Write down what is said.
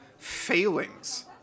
Failings